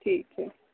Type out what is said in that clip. ٹھیک ہے